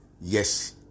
yes